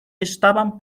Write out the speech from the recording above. estaban